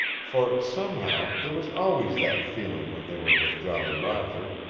for somehow there was always that feeling when they were with jolly roger,